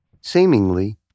seemingly